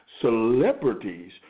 celebrities